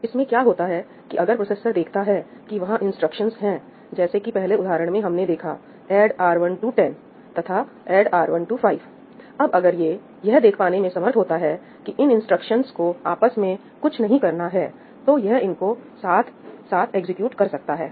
इसमें क्या होता है कि अगर प्रोसेसर देखता है कि वहां इंस्ट्रक्शंस है जैसे कि पहले उदाहरण में हमने देखा ऐड R1 10 add R1 10 तथा ऐड R1 5 add R2 5 अब अगर ये यह देख पाने में समर्थ होता है कि इन इंस्ट्रक्शंस को आपस में कुछ नहीं करना है तो यह इनको साथ साथ एग्जीक्यूट कर सकता हे